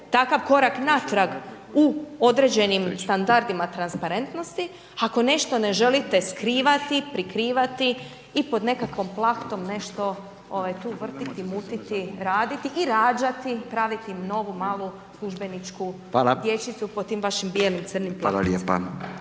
takav korak natrag u određenim standardima transparentnosti, ako nešto ne želite skrivati, prikrivati i pod nekakvom plahtom, nešto tu vratiti, mutiti, raditi i rađati, praviti na ovu malu službeničku dječicu po tim vašim bijelim crnim